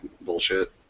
bullshit